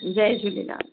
Jay Jhulelal